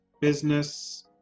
business